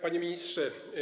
Panie Ministrze!